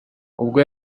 ubwo